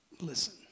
Listen